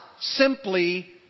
simply